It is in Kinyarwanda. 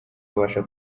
abasha